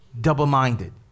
double-minded